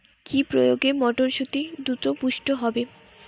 কি প্রয়োগে মটরসুটি দ্রুত পুষ্ট হবে?